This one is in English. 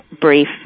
brief